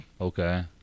Okay